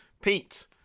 Pete